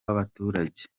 w’abaturage